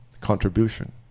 contribution